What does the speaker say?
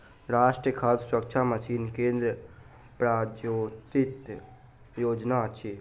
राष्ट्रीय खाद्य सुरक्षा मिशन केंद्रीय प्रायोजित योजना अछि